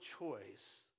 choice